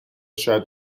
شاید